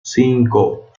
cinco